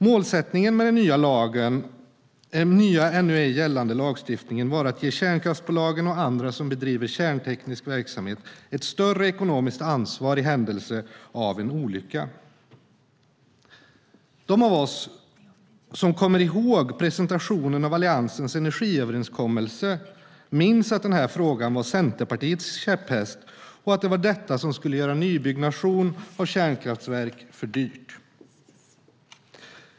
Målsättningen med den nya ännu ej gällande lagstiftningen var att ge kärnkraftsbolagen och andra som bedriver kärnteknisk verksamhet ett större ekonomiskt ansvar i händelse av en olycka. De av oss som kommer ihåg presentationen av Alliansens energiöverenskommelse minns att den här frågan var Centerpartiets käpphäst och att det var detta som skulle göra nybyggnation av kärnkraftverk för dyrt.